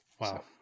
Wow